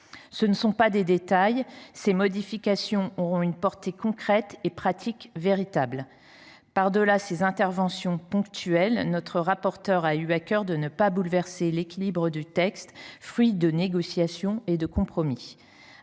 Ce ne sont pas des détails. Ces modifications auront une véritable portée concrète et pratique. Par delà ces interventions ponctuelles, notre rapporteur a eu à cœur de ne pas bouleverser l’équilibre du texte, fruit de négociations et de compromis.